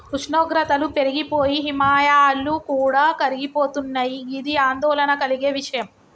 ఉష్ణోగ్రతలు పెరిగి పోయి హిమాయాలు కూడా కరిగిపోతున్నయి గిది ఆందోళన కలిగే విషయం